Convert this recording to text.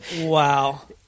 Wow